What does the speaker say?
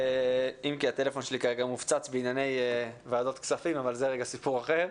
אם כי הטלפון שלי כרגע מופצץ בענייני ועדת כספים אבל זה סיפור אחר.